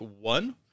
one